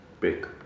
Big